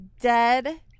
dead